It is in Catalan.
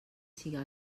siga